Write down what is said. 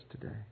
today